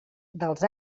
dels